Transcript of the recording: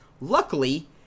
Luckily